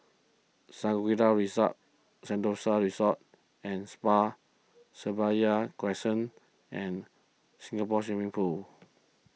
Shangri La's Rasa Sentosa Resort and Spa Seraya Crescent and Singapore Swimming Club